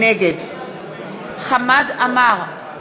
נגד חמד עמאר,